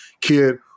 kid